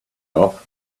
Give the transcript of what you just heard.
off